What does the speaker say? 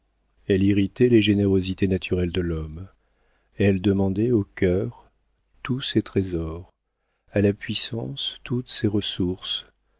elle irritait les générosités naturelles à l'homme elle demandait au cœur tous ses trésors à la puissance toutes ses ressources